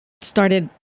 started